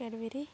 Cadbury